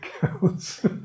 counts